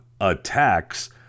attacks